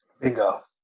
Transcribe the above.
Bingo